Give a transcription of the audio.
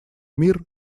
мир